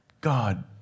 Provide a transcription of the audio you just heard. God